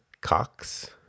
Cox